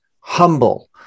humble